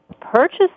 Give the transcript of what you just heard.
purchase